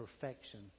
perfection